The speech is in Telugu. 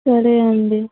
సరే అండి